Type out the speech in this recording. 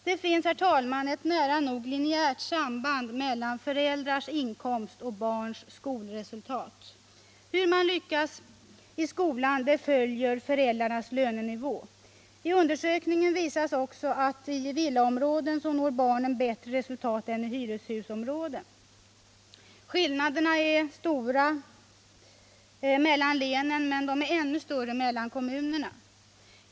Det finns, herr talman, ett nära nog lineärt samband mellan föräldrars inkomst och barns skolresultat. Hur man lyckas i skolan följer föräldrarnas lönenivå. I undersökningen visas också att i villaområden når barnen bättre resultat än i hyreshusområden. Skillnaderna är stora mellan länen, men ännu större mellan kommunerna.